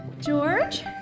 George